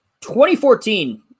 2014